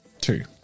two